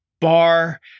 bar